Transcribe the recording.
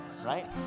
Right